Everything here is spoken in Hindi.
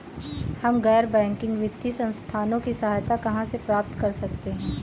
हम गैर बैंकिंग वित्तीय संस्थानों की सहायता कहाँ से प्राप्त कर सकते हैं?